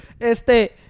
este